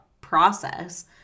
process